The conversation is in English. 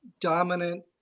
Dominant